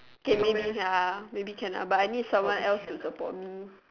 k maybe maybe can ah but I need someone else to support me